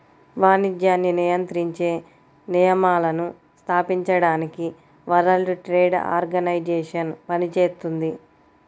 వాణిజ్యాన్ని నియంత్రించే నియమాలను స్థాపించడానికి వరల్డ్ ట్రేడ్ ఆర్గనైజేషన్ పనిచేత్తుంది